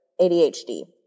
ADHD